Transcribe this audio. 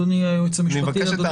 אושרה.